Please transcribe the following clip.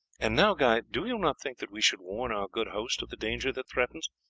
and now, guy, do you not think that we should warn our good host of the danger that threatens,